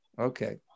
Okay